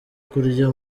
kurya